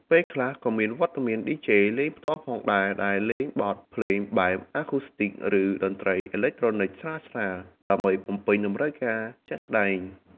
ពេលខ្លះក៏មានវត្តមានឌីជេ លេងផ្ទាល់ផងដែរ ដែលលេងបទភ្លេងបែប អាឃូស្ទីច ឬ តន្ត្រីអេឡិចត្រូនិច ស្រាលៗ ដើម្បីបំពេញតម្រូវការជាក់ស្តែង។